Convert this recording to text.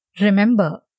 Remember